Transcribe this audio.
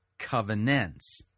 covenants